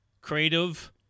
creative